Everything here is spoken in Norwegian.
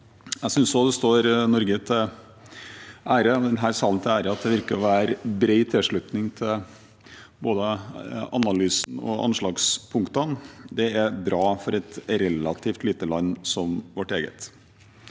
Jeg synes også det står Norge og denne salen til ære at det virker å være bred tilslutning til både analysen og anslagspunktene. Det er bra for et relativt lite land som vårt eget.